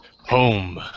home